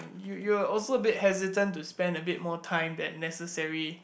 you you're also a bit hesitant to spend a bit more time than necessary